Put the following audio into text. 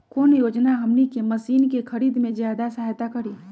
कौन योजना हमनी के मशीन के खरीद में ज्यादा सहायता करी?